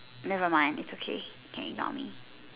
never mid it's okay can ignore me